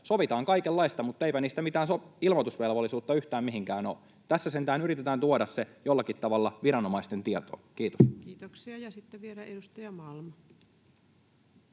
sovitaan kaikenlaista, mutta eipä niistä mitään ilmoitusvelvollisuutta yhtään mihinkään ole. Tässä sentään yritetään tuoda se jollakin tavalla viranomaisten tietoon. — Kiitos. Kiitoksia. — Ja sitten vielä edustaja Malm.